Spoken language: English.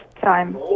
time